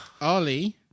Ali